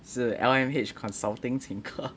是 L_M_H consulting 请客